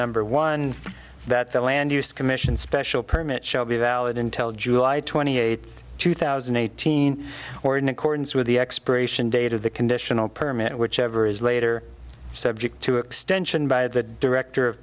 number one that the land use commission special permit shall be valid intel july twenty eighth two thousand and eighteen or in accordance with the expiration date of the conditional permit whichever is later subject to extension by the director of